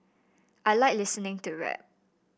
I like listening to rap